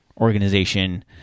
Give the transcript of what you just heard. organization